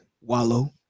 Wallow